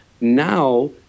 now